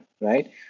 right